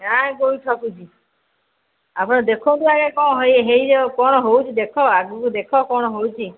ନା କେଉଁଠି ଠକୁୁଛି ଆପଣ ଦେଖନ୍ତୁ ଆଜ୍ଞା କ'ଣ ହେଇ ହୋଇଯିବ କ'ଣ ହେଉଛି ଦେଖ ଆଗକୁ ଦେଖ କ'ଣ ହେଉଛି